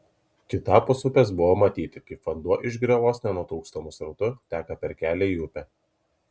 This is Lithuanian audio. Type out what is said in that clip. kitapus upės buvo matyti kaip vanduo iš griovos nenutrūkstamu srautu teka per kelią į upę